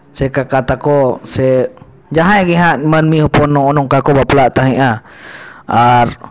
ᱥᱮ ᱠᱟᱠᱟ ᱛᱟᱠᱚ ᱥᱮ ᱡᱟᱦᱟᱸᱭ ᱜᱮ ᱱᱟᱦᱟᱜ ᱢᱟᱱᱢᱤ ᱦᱚᱯᱚᱱ ᱱᱚᱜᱼᱚ ᱱᱚᱝᱠᱟ ᱠᱚ ᱵᱟᱯᱞᱟᱜ ᱛᱟᱦᱮᱸᱫᱼᱟ ᱟᱨ